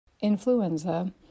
influenza